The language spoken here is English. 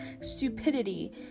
stupidity